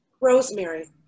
Rosemary